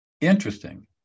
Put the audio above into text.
interesting